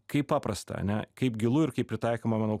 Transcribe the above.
kaip paprasta ane kaip gilu ir kaip pritaikoma manau